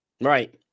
Right